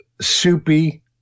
soupy –